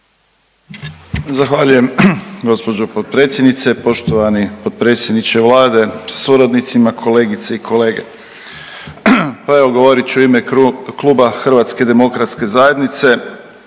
Hrvatska demokratska zajednica